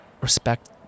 respect